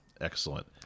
excellent